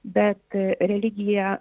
bet religija